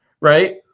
right